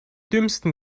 dümmsten